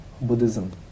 Buddhism